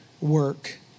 work